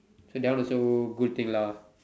so that one also good thing lah